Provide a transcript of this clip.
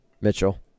Mitchell